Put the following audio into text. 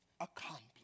accomplished